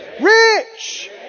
Rich